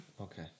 Okay